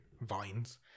vines